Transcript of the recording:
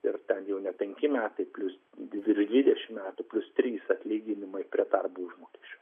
ir ten jau ne penki metai plius virš dvidešimt metų plius trys atlyginimai prie darbo užmokesčio